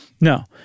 No